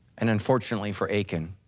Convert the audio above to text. and unfortunately for achan,